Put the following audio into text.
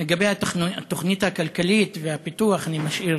לגבי התוכנית הכלכלית והפיתוח, אני משאיר